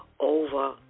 over